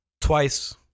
twice